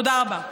תודה רבה.